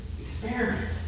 experiment